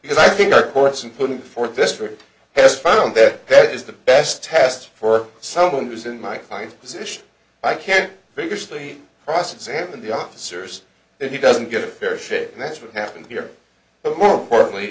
because i think our courts and putting forth this story has found that that is the best test for someone who's in my five position i can't figure simply cross examine the officers and he doesn't get a fair shake and that's what happened here but more importantly